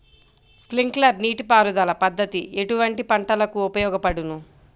Sprinkler నీటిపారుదల పద్దతి ఎటువంటి పంటలకు ఉపయోగపడును?